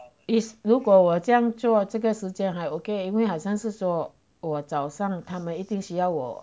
is 如果我这样做这个时间还 okay 因为好像是说我早上他们一定需要我